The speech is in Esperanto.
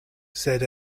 sed